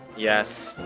yes,